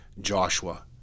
Joshua